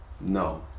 No